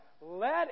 let